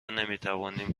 نمیتوانیم